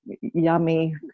yummy